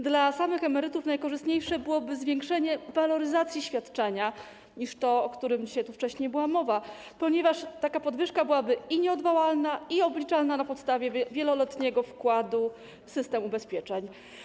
Dla samych emerytów najkorzystniejsze byłoby zwiększenie waloryzacji świadczenia niż to, o czym była tu wcześniej mowa, ponieważ taka podwyżka byłaby nieodwołalna i obliczana na podstawie wieloletniego wkładu w system ubezpieczeń.